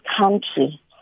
country